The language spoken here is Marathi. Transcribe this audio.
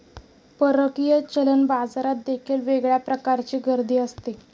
परकीय चलन बाजारात देखील वेगळ्या प्रकारची गर्दी असते